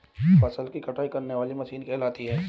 फसल की कटाई करने वाली मशीन कहलाती है?